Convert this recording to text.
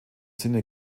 sinne